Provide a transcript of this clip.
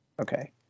okay